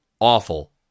awful